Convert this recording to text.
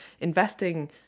investing